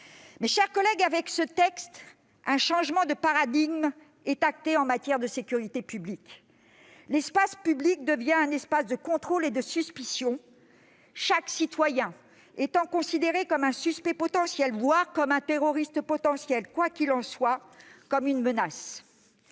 Mes chers collègues, ce texte acte un changement de paradigme en matière de sécurité publique. L'espace public devient un espace de contrôle et de suspicion où chaque citoyen est considéré comme un suspect, voire un terroriste potentiel, en tout cas comme une menace.